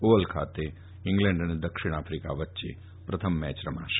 Oval ખાતે England અને દક્ષિણ આફિકા વચ્ચે પ્રથમ મેચ રમાશે